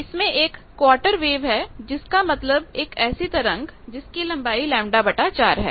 इसमें एक quarter wave है जिसका मतलब एक ऐसी तरंग जिसकी लंबाई λ4 है